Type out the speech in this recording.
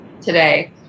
today